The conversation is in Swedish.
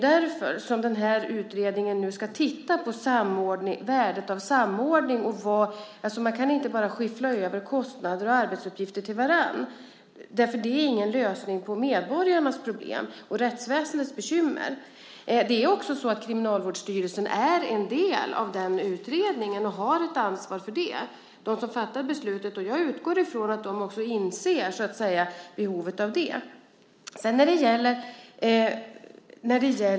Därför ska den här utredningen nu titta på värdet av samordning, eftersom man inte bara kan skyffla över kostnader och arbetsuppgifter till varandra. Det är ingen lösning på medborgarnas problem och rättsväsendets bekymmer. Kriminalvårdsstyrelsen är en del av utredningen och har ett ansvar för det. Det är de som fattar beslutet, och jag utgår från att de också inser behovet av en samordning.